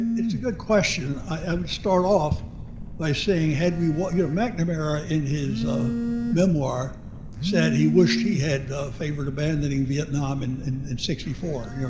it's a good question. i will um start off by saying, had we won, you know mcnamara in his memoir said he wished he had favored abandoning vietnam and and in sixty four,